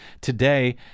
today